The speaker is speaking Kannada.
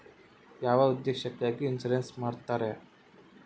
ಯಾವ ಉದ್ದೇಶಕ್ಕಾಗಿ ಇನ್ಸುರೆನ್ಸ್ ಮಾಡ್ತಾರೆ?